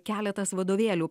keletas vadovėlių